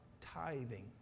tithing